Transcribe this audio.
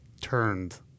turned